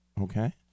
Okay